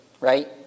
right